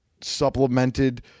supplemented